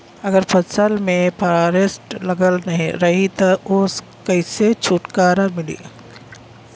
अगर फसल में फारेस्ट लगल रही त ओस कइसे छूटकारा मिली?